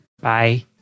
Bye